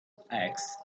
ask